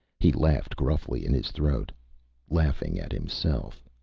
he laughed gruffly in his throat laughing at himself.